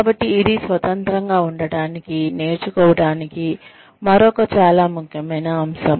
కాబట్టి ఇది స్వతంత్రంగా ఉండటానికి నేర్చుకోవటానికి మరొక చాలా ముఖ్యమైన అంశం